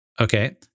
okay